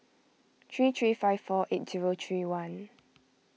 three three five four eight zero three one